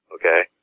okay